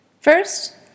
First